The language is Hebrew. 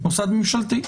מוסד ממשלתי,